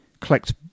clicked